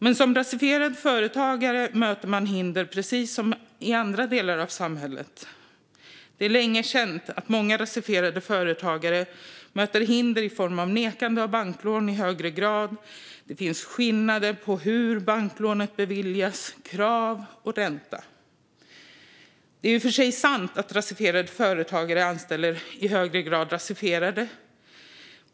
Men som rasifierad företagare möter man hinder, precis som i andra delar av samhället. Det är sedan länge känt att många rasifierade företagare möter hinder i form av nekande av banklån i högre grad. Det finns skillnader i hur banklånet beviljas när det gäller krav och ränta. Det är i och för sig sant att rasifierade företagare i högre grad anställer rasifierade.